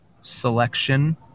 selection